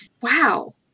Wow